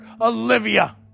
Olivia